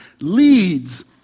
leads